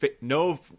no